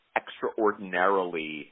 extraordinarily